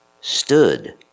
stood